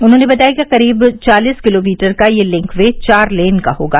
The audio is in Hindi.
उन्होंने बताया कि करीब चालीस किलोमीटर का यह लिंक वे चार लेन का होगा